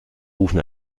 rufen